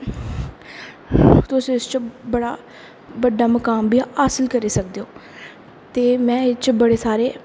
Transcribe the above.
ते तुस इस च बड़ाै बड्डा मुकाम बी हासिल करी सकदे ओ ते में एह्दे च बड़े सारे